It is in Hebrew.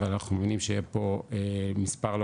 אבל אנחנו מעוניינים שיהיה פה מספר לא